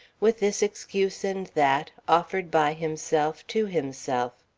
with this excuse and that, offered by himself to himself.